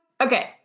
Okay